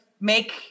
make